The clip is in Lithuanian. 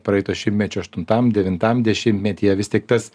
praeito šimtmečio aštuntam devintam dešimtmetyje vis tik tas